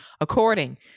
according